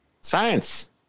Science